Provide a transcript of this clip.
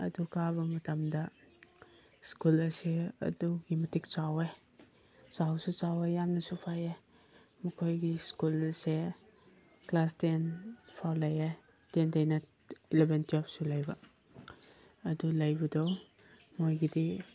ꯑꯗꯨ ꯀꯥꯕ ꯃꯇꯝꯗ ꯁ꯭ꯀꯨꯜ ꯑꯁꯤ ꯑꯗꯨꯛꯀꯤ ꯃꯇꯤꯛ ꯆꯥꯎꯋꯦ ꯆꯥꯎꯁꯨ ꯆꯥꯎꯋꯦ ꯌꯥꯝꯅꯁꯨ ꯐꯩꯌꯦ ꯃꯈꯣꯏꯒꯤ ꯁ꯭ꯀꯨꯜꯁꯦ ꯀ꯭ꯂꯥꯁ ꯇꯦꯟ ꯐꯥꯎ ꯂꯩꯌꯦ ꯇꯦꯟꯗꯒꯤꯅ ꯑꯦꯂꯕꯦꯟ ꯇ꯭ꯋꯦꯜꯐꯁꯨ ꯂꯩꯕ ꯑꯗꯨ ꯂꯩꯕꯗꯣ ꯃꯣꯏꯒꯤꯗꯤ